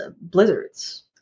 blizzards